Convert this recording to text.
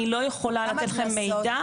אני לא יכולה לתת לכם מידע.